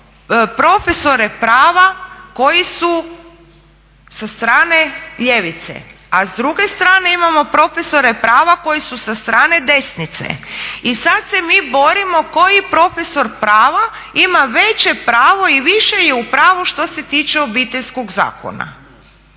imamo profesora prava koji su sa strane ljevice, a s druge strane imamo profesore prava koji su sa strane desnice i sada se mi borimo koji profesor prava ima veće pravo i više je u pravu što se tiče Obiteljskog zakona